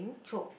choke